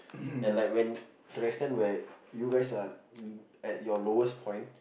and like when to the extend where you guys are at your lowest point